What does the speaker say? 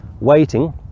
waiting